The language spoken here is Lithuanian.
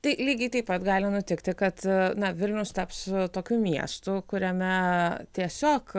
tai lygiai taip pat gali nutikti kad vilnius taps tokiu miestu kuriame tiesiog